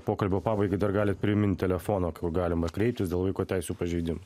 pokalbio pabaigai dar gali primint telefoną kaip galima kreiptis dėl vaiko teisių pažeidimų